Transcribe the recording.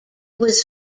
was